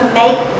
make